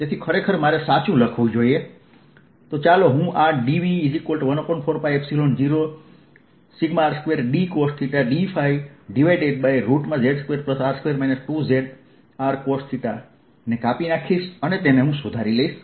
તેથી ખરેખર મારે સાચું લખવું જોઈએ ચાલો હું dV14π0R2dcosθdϕz2R2 2zRcosθ ને સુધારીશ